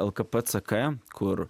lkp ck kur